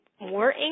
More